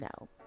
no